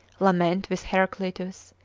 lament with heraclitus,